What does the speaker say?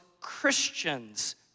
Christians